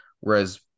whereas